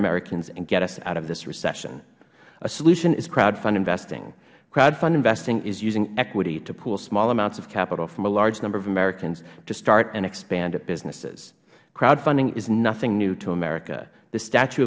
americans and get us out of this recession a solution is crowdfunding investing crowdfund investing is using equity to pool small amounts of capital from a large number of americans to start and expand at businesses crowdfunding is nothing new to america the statue